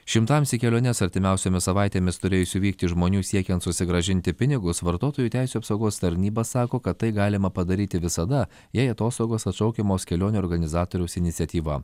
šimtams į keliones artimiausiomis savaitėmis turėjusių vykti žmonių siekiant susigrąžinti pinigus vartotojų teisių apsaugos tarnyba sako kad tai galima padaryti visada jei atostogos atšaukiamos kelionių organizatoriaus iniciatyva